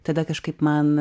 tada kažkaip man